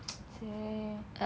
!chey!